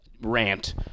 rant